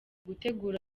gutegura